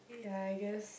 ya I guess